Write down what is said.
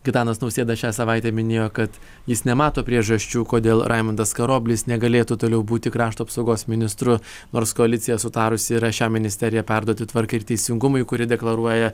gitanas nausėda šią savaitę minėjo kad jis nemato priežasčių kodėl raimundas karoblis negalėtų toliau būti krašto apsaugos ministru nors koalicija sutarusi yra šią ministeriją perduoti tvarkai ir teisingumui kuri deklaruoja